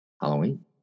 Halloween